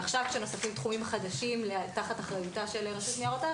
עכשיו כשנוספים תחומים חדשים תחת אחריותה של רשות ניירות ערך,